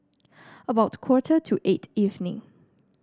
about quarter to eight evening